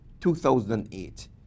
2008